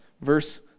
Verse